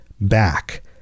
back